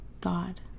god